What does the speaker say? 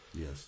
Yes